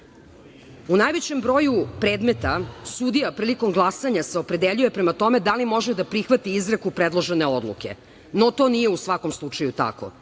najvećem broju predmeta sudija prilikom glasanja se opredeljuje prema tome da li može da prihvati izreku predložene odluke. No, to nije u svakom slučaju tako.